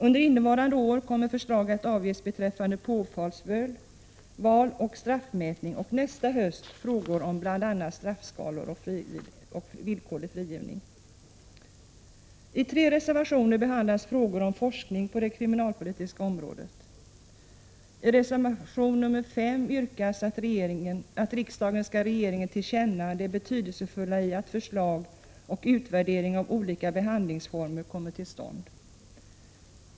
Under innevarande år kommer förslag att avges beträffande påföljdsval och straffmätning och nästa höst beträffande frågor om bl.a. straffskalor och villkorlig frigivning. I tre reservationer behandlas frågor om forskning på det kriminalpolitiska området. I reservation nr 5 yrkas att riksdagen skall ge regeringen till känna det betydelsefulla i att forskning och utvärdering av olika behandlingsformer kommer till stånd.